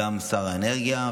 גם שר האנרגיה,